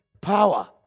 power